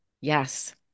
Yes